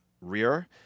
rear